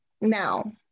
now